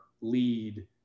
lead